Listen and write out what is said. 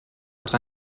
als